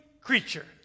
creature